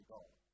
God